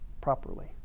properly